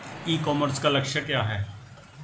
ई commerce का लक्ष्य क्या है?